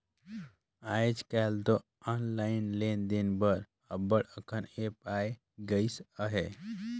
आएज काएल दो ऑनलाईन लेन देन बर अब्बड़ अकन ऐप आए गइस अहे